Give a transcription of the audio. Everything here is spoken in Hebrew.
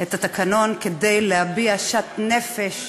את התקנון כדי להביע שאט נפש,